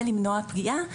ולמנוע פגיעה,